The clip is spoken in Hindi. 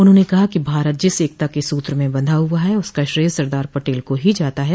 उन्होंने कहा कि भारत जिस एकता के सूत्र में बंधा हुआ है उसका श्रेय सरदार पटेल को ही जाता है